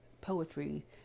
poetry